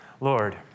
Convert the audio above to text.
Lord